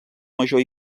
major